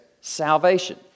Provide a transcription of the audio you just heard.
salvation